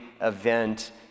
event